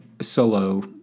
solo